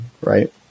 right